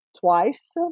twice